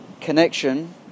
connection